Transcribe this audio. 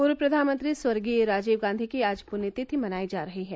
पूर्व प्रधानमंत्री स्वर्गीय राजीव गांधी की आज पुण्यतिथि मनाई जा रही है